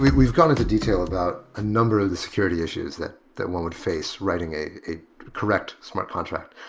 we've we've gone into detail about a number of the security issues that that one would face writing a correct smart contract.